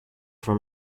for